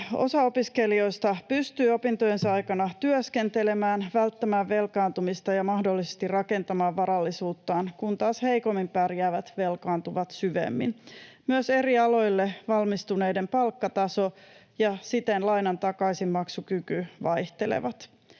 Osa opiskelijoista pystyy opintojensa aikana työskentelemään, välttämään velkaantumista ja mahdollisesti rakentamaan varallisuuttaan, kun taas heikommin pärjäävät velkaantuvat syvemmin. Myös eri aloille valmistuneiden palkkataso ja siten lainan takaisinmaksukyky vaihtelevat.